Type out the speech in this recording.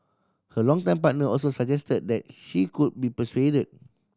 her longtime partner also suggested that she could be persuaded